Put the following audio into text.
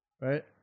right